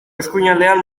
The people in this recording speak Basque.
eskuinaldean